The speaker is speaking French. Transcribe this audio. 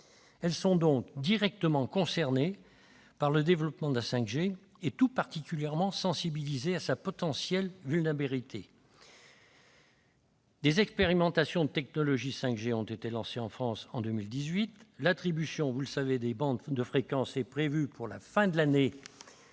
Elles sont donc directement concernées par le développement de la 5G et tout particulièrement sensibilisées à sa potentielle vulnérabilité. Des expérimentations de la technologie 5G ont été lancées en France en 2018. Comme vous le savez, l'attribution des bandes de fréquences est prévue pour la fin de l'année.